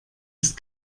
ist